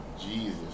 Jesus